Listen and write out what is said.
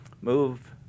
move